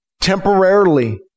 Temporarily